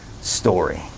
story